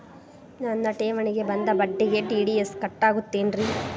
ನನ್ನ ಠೇವಣಿಗೆ ಬಂದ ಬಡ್ಡಿಗೆ ಟಿ.ಡಿ.ಎಸ್ ಕಟ್ಟಾಗುತ್ತೇನ್ರೇ?